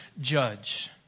judge